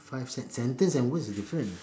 five sent~ sentence and words is different